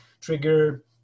trigger